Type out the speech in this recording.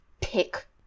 pick